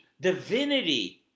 divinity